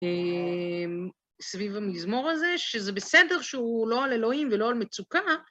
סביב המזמור הזה, שזה בסדר שהוא לא על אלוהים ולא על מצוקה.